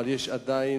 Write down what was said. אבל יש עדיין,